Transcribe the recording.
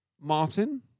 Martin